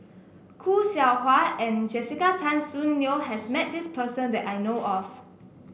Khoo Seow Hwa and Jessica Tan Soon Neo has met this person that I know of